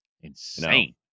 insane